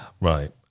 right